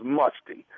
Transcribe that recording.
musty